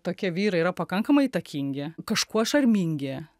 tokie vyrai yra pakankamai įtakingi kažkuo šarmingi